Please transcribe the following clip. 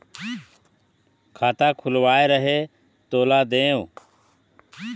खाता खुलवाय रहे तेला देव?